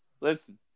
listen